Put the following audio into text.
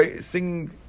singing